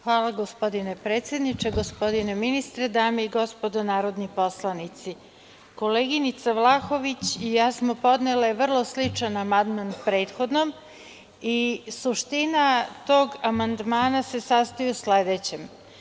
Hvala, gospodine predsedniče, gospodine ministre, dame i gospodo narodni poslanici, koleginica Vlahović i ja smo podnele vrlo sličan amandman prethodnom i suština tog amandmana se sastoji u sledećem.